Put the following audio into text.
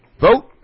vote